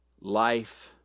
life